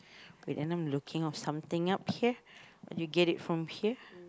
we end up looking off something up here or do you get it from here